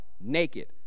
naked